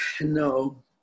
no